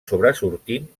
sobresortint